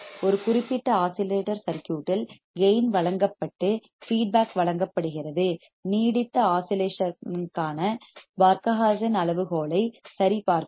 ஒரு குறிப்பிட்ட oscillator circuit இல் கேயின் வழங்கப்பட்டு ஃபீட்பேக் வழங்கப்படுகிறது நீடித்த ஆஸிலேஷன் ற்கான பார்க ஹா சென் அளவுகோலை சரிபார்க்கவும்